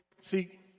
see